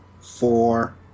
four